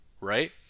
right